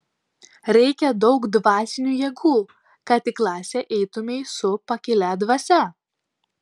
reikia daug dvasinių jėgų kad į klasę eitumei su pakilia dvasia